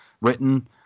written